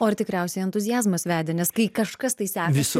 o ir tikriausiai entuziazmas vedė nes kai kažkas tai sekasi